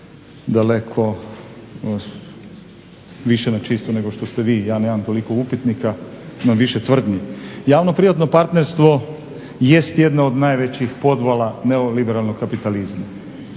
daleko više na čisto nego što ste vi. Ja nemam toliko upitnika, imam više tvrdnji. Javno-privatno partnerstvo jest jedna od najvećih podvala neoliberalnog kapitalizma.